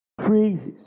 Phrases